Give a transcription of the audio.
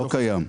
לא קיים.